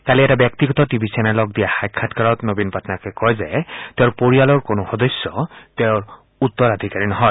কালি এটা ব্যক্তিগত টেলিভিশ্যন চেনেলত দিয়া সাক্ষাৎকাৰত নবীন পাটনায়কে কয় যে তেওঁৰ পৰিয়ালৰ কোনো সদস্যই তেওঁৰ উত্তৰাধিকাৰী নহয়